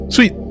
Sweet